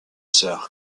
sœur